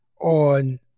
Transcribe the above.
on